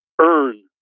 earn